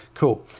cool,